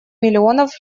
миллионов